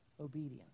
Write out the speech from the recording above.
obedience